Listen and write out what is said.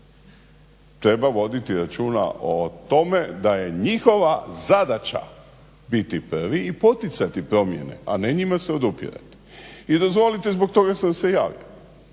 treba voditi računa o tome da je njihova zadaća biti prvi i poticati promjene, a ne njima se odupirati. I dozvolite zbog toga sam se i javio